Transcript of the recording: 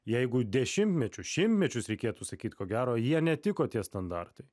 jeigu dešimtmečius šimmečius reikėtų sakyt ko gero jie netiko tie standartai